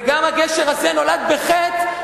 וגם הגשר הזה נולד בחטא,